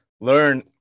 learn